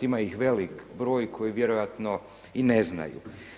Ima ih veliki broj koji vjerojatno i ne znaju.